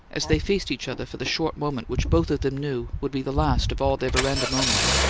as they faced each other for the short moment which both of them knew would be the last of all their veranda moments,